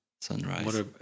sunrise